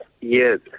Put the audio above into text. Yes